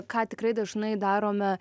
ką tikrai dažnai darome